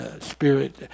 spirit